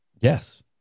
Yes